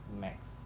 Max